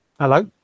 Hello